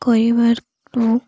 କରିବାରୁ